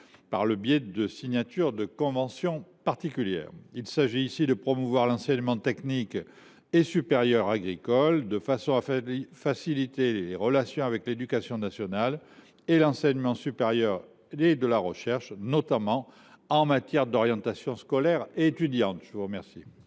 par la signature de conventions particulières. Il s’agit de promouvoir l’enseignement technique et supérieur agricole de façon à faciliter les relations avec l’éducation nationale et le ministère de l’enseignement supérieur et de la recherche, notamment en matière d’orientation scolaire et étudiante. Quel